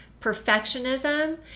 perfectionism